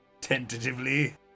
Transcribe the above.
tentatively